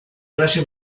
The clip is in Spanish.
clase